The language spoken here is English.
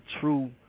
true